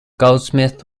goldsmith